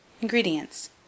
ingredients